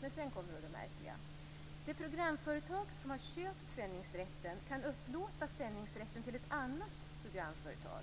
Sedan kommer det märkliga! Det programföretag som har köpt sändningsrätten kan upplåta sändningsrätten till ett annat programföretag.